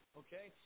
okay